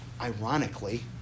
ironically